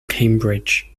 cambridge